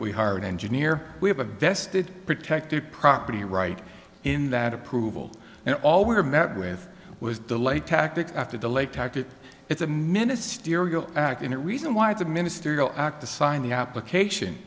we hire an engineer we have a vested protected property right in that approval and all we are met with was delay tactic after delay tactic it's a ministerial act in a reason why it's a ministerial act to sign the application